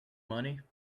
money